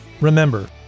Remember